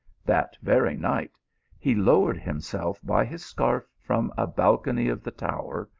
that very night he lowered himself by his scarf from a balcony of the tower,